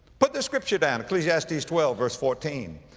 put this scripture down, ecclesiastes twelve verse fourteen,